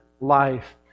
Life